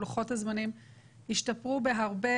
לוחות הזמנים השתפרו בהרבה,